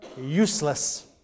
useless